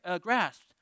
grasped